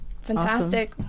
fantastic